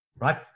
right